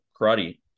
karate